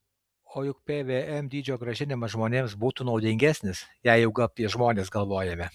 o juk pvm dydžio grąžinimas žmonėms būtų naudingesnis jei jau apie žmones galvojame